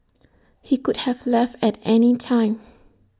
he could have left at any time